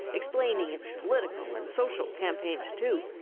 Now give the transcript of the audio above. explaining its political and social campaigns too.